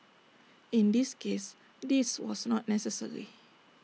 in this case this was not necessary